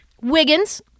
Wiggins